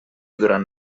durant